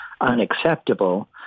unacceptable